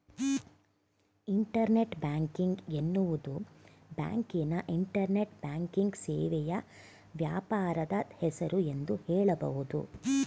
internet banking ಎನ್ನುವುದು ಬ್ಯಾಂಕಿನ internet banking ಸೇವೆಯ ವ್ಯಾಪಾರದ ಹೆಸರು ಎಂದು ಹೇಳಬಹುದು